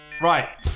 right